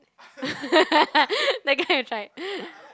that guy tried